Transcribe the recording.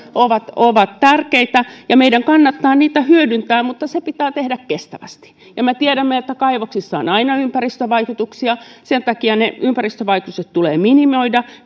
meillä on ovat tärkeitä ja meidän kannattaa niitä hyödyntää mutta se pitää tehdä kestävästi ja me tiedämme että kaivoksilla on aina ympäristövaikutuksia sen takia ne ympäristövaikutukset tulee minimoida